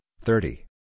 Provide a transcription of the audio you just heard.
thirty